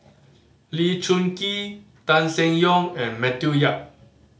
Lee Choon Kee Tan Seng Yong and Matthew Yap